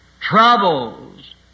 troubles